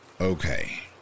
okay